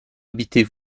habitez